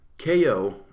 KO